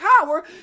power